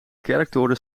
kerktoren